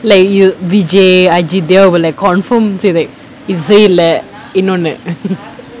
like you vijay ajith they will like confirm say like இது செய்யல இன்னொன்னு:ithu seiyala innonu